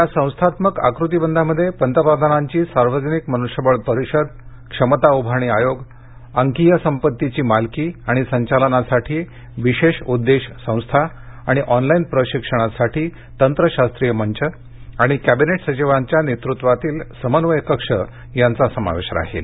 या संस्थात्मक आकृतीबंधामध्ये पंतप्रधानांची सार्वजनिक मन्ष्यबळ परिषद क्षमता उभारणी आयोग अंकीय संपत्तीची मालकी आणि संचालनासाठी विशेष उद्देश संस्था आणि ऑनलाईन प्रशिक्षणासाठी तंत्रशास्त्रीय मंच आणि कॅबिनेट सचिवांच्या नेतृत्वातील समन्वय कक्ष यांचा समावेश राहील